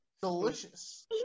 Delicious